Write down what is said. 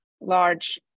large